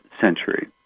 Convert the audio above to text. century